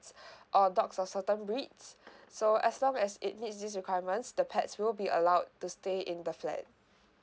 or dogs of certain breeds so as long as it heeds this requirements the pets will be allowed to stay in the flat